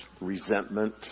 resentment